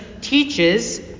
teaches